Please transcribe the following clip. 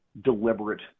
deliberate